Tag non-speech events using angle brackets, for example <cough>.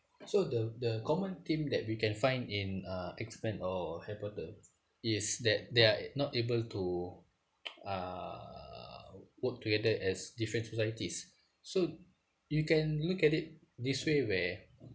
so the the common theme that we can find in uh X men or harry potter is that they are not able to <noise> uh work together as different societies so you can look at it this way where